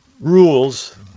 rules